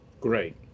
Great